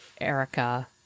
Erica